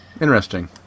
interesting